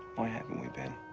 why haven't we been?